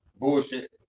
bullshit